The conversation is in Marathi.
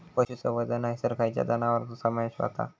पशुसंवर्धन हैसर खैयच्या जनावरांचो समावेश व्हता?